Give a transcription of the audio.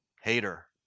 hater